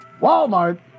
Walmart